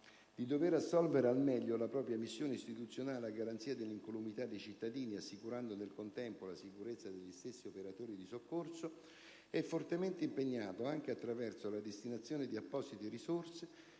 di dover assolvere al meglio alla propria missione istituzionale a garanzia dell'incolumità dei cittadini (assicurando, nel contempo, la sicurezza degli stessi operatori del soccorso), è fortemente impegnato, anche attraverso la destinazione di apposite risorse,